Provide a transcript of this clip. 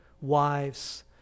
wives